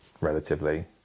relatively